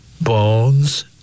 bones